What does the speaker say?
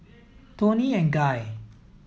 Toni and Guy